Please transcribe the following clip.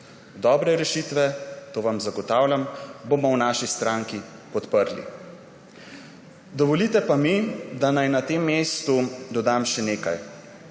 Dobre rešitve, to vam zagotavljam, bomo v naši stranki podprli. Dovolite pa mi, da na tem mestu dodam še nekaj.